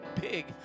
big